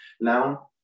Now